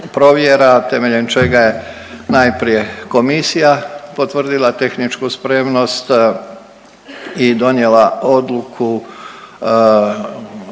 temeljem čega je najprije komisija potvrdila tehničku spremnost i donijela odluku odnosno